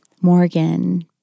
Morgan